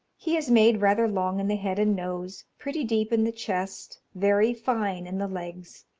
he is made rather long in the head and nose, pretty deep in the chest, very fine in the legs,